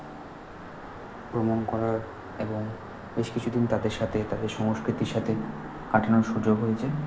ভ্রমণ করার এবং বেশ কিছু দিন তাদের সাথে তাদের সংস্কৃতির সাথে কাটানোর সুযোগ হয়েছে